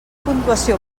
puntuació